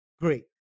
great